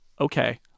Okay